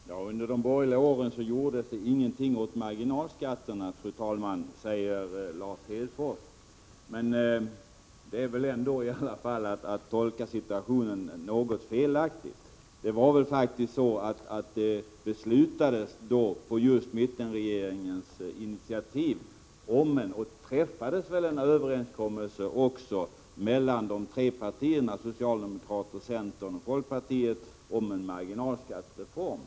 Fru talman! Under de borgerliga åren gjordes det ingenting åt marginalskatterna, säger Lars Hedfors. Det är väl i alla fall att skildra situationen något felaktigt. På mittenregeringens initiativ beslutades det — och träffades det också en överenskommelse mellan de tre partierna socialdemokraterna, centern och folkpartiet — om en marginalskattereform.